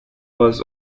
was